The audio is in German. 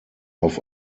auf